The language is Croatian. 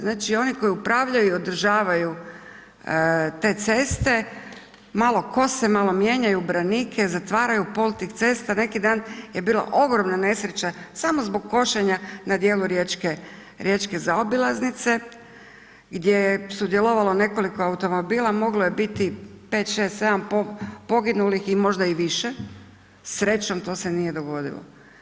Znači, oni koji upravljaju i održavaju te ceste malo kose, malo mijenjaju branike, zatvaraju pol tih cesta, neki dan je bila ogromna nesreća samo zbog košenja na dijelu riječke zaobilaznice gdje je sudjelovalo nekoliko automobila, moglo je bit 5,6 7 poginulih i možda i više, srećom to se nije dogodilo.